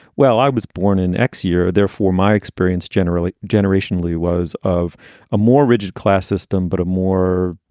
well, i was born in x year. therefore, my experience generally generationally was of a more rigid class system, but a more.